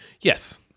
Yes